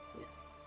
Yes